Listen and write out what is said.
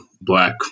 black